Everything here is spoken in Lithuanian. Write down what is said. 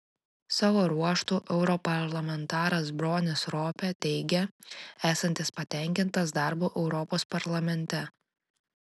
savo ruožtu europarlamentaras bronis ropė teigė esantis patenkintas darbu europos parlamente